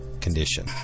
condition